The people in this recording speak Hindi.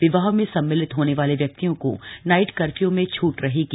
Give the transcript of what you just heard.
विवाह में सम्मिलित होने वाले व्यक्तियों को नाइट कर्फ़यू में छूट रहेगी